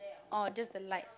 orh just the lights